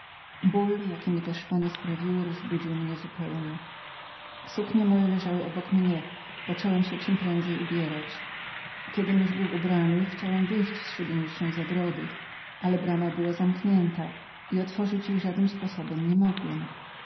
ból jaki mi te szpony sprawiły rozbudził mnie zupełnie suknie moje obok mnie leżały począłem się czemprędzej ubierać kiedym już był ubrany chciałem wyjść z szubienicznej zagrody ale brama była zamknięta i otworzyć jej żadnym sposobem niemogłem musiałem